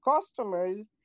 customers